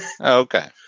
Okay